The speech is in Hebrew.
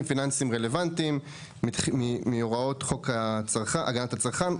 פיננסיים רלוונטיים מהוראות חוק הגנת הצרכן,